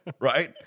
Right